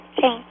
Thank